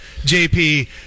JP